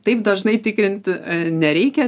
taip dažnai tikrinti nereikia